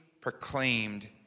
proclaimed